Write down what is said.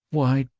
why,